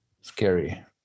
scary